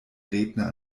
redner